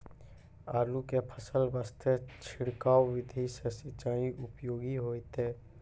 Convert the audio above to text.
आलू के फसल वास्ते छिड़काव विधि से सिंचाई उपयोगी होइतै?